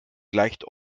gleicht